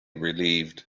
relieved